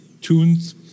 tunes